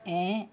ऐं